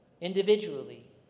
individually